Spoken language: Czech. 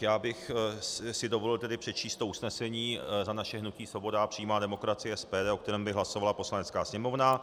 Já bych si dovolil tedy přečíst to usnesení za naše hnutí Svoboda a přímá demokracie, SPD, o kterém by hlasovala Poslanecká sněmovna